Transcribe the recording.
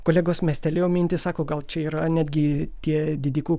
kolegos mestelėjo mintį sako gal čia yra netgi tie didikų